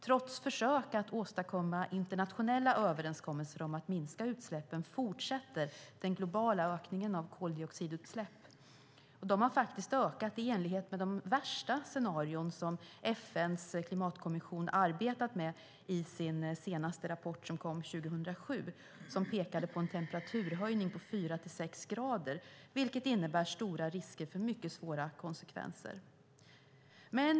Trots försök att åstadkomma internationella överenskommelser om att minska utsläppen fortsätter den globala ökningen av koldioxidutsläpp. De har ökat i enlighet med det värsta scenario som FN:s klimatkommission arbetade med i sin senaste rapport från 2007. Man pekade då på en temperaturhöjning på fyra till sex grader, vilket innebär stora risker för mycket svåra konsekvenser.